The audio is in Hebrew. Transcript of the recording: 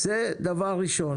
זה דבר ראשון.